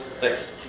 Thanks